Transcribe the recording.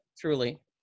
truly